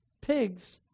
pigs